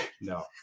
No